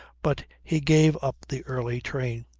but he gave up the early train.